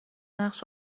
نقش